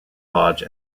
lodge